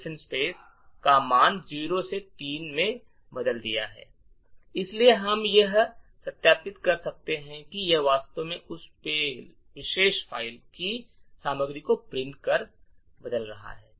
इसलिए हम यह सत्यापित कर सकते हैं कि यह वास्तव में उस विशेष फ़ाइल की सामग्री को प्रिंट करके बदल गया है